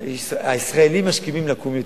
הישראלים משכימים לקום,